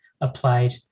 applied